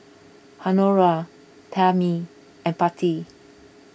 Honora Tammy and Patti